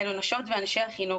אלו נשות ואנשי החינוך,